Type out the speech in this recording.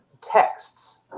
texts